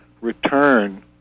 return